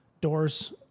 doors